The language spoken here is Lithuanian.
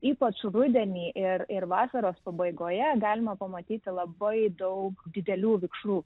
ypač rudenį ir ir vasaros pabaigoje galima pamatyti labai daug didelių vikšrų